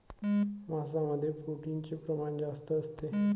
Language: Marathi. मांसामध्ये प्रोटीनचे प्रमाण जास्त असते